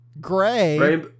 Gray